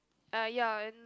uh ya